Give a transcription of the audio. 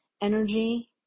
energy